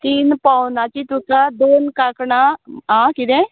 तीन पोवनाचीं तुका दोन कांकणां आ कितें